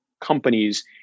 companies